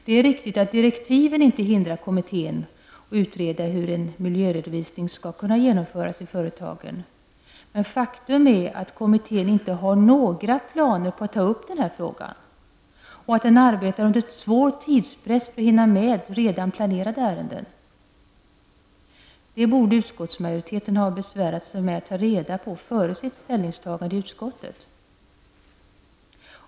Det är riktigt att direktiven inte hindrar kommittén att utreda hur en miljöredovisning skall kunna genomföras i företagen, men faktum är att kommittén inte har några planer på att ta upp den här frågan och att den arbetar under svår tidspress för att hinna med redan planerade ärenden. Det borde utskottsmajoriteten ha besvärat sig med att ta reda på före sitt ställningstagande i utskottet.